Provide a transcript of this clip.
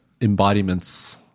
embodiments